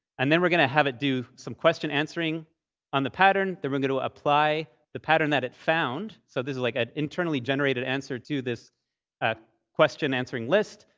and then we're going to have it do some question answering on the pattern. then we're going to ah apply the pattern that it found. so this is like an internally generated answer to this question answering list.